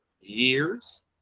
years